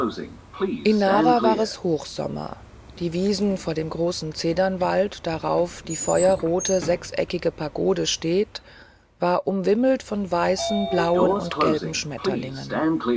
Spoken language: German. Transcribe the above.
in nara war es hochsommer die wiese vor dem großen zedernwald darauf die feuerrote sechseckige pagode steht war umwimmelt von weißen blauen und gelben schmetterlingen